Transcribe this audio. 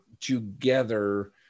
together